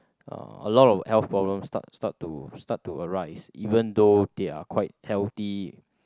uh a lot of health problem start start to start to arise even though they are quite healthy